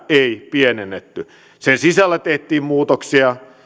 ei pienennetty sen sisällä tehtiin muutoksia